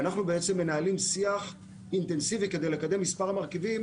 אנחנו בעצם מנהלים שיח אינטנסיבי כדי לקדם מספר מרכיבים